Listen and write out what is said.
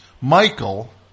Michael